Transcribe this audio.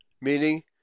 meaning